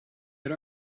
had